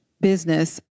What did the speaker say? business